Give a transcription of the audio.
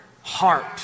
heart